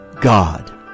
God